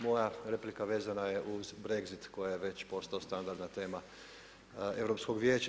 Moja replika vezana je uz Brexit koja je već postao standardna tema Europskog vijeća.